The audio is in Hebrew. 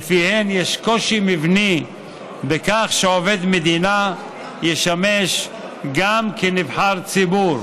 שלפיהן יש קושי מבני בכך שעובד מדינה ישמש גם כנבחר ציבור,